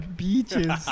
beaches